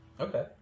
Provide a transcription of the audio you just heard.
Okay